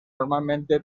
normalmente